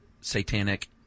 satanic